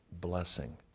blessing